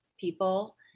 people